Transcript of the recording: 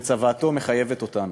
וצוואתו מחייבת אותנו.